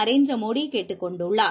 நரேந்திரமோடிகேட்டுக் கொண்டுள்ளார்